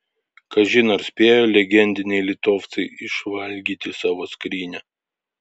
kažin ar spėjo legendiniai litovcai išvalgyti savo skrynią